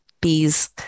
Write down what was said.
bees